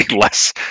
less